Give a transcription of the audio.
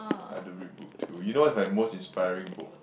I don't read book too you know what's my most inspiring book